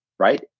right